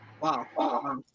Wow